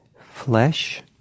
flesh